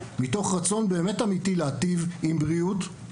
מתוך רצון אמיתי להטיב עם בריאות,